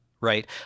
right